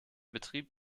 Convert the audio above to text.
betrieb